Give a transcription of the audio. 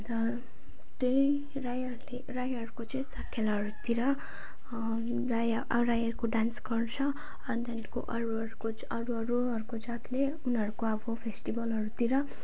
अन्त त्यही राईहरूले राईहरूको चाहिँ साखेलाहरूतिर राई राईहरूको डान्स गर्छ अन्त त्यहाँदेखिको अरूहरूको अरू अरूहरूको जातले उनीहरूको अब फेस्टिबलहरूतिर